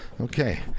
Okay